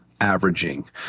averaging